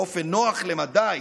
באופן נוח למדי